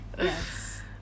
Yes